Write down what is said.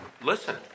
Listen